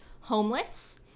homeless